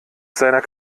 seiner